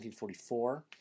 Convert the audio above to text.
1944